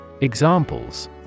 Examples